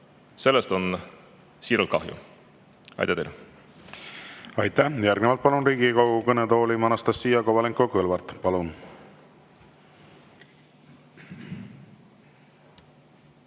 Sellest on siiralt kahju. Aitäh teile! Aitäh! Järgnevalt palun Riigikogu kõnetooli Anastassia Kovalenko-Kõlvarti. Palun!